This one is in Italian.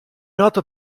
noto